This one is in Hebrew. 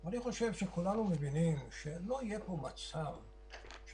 נוכל לקבל את אותן החלטות שצריך לקבל כדי להחזיר את המשק לצמיחה אמיתית.